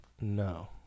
No